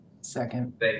Second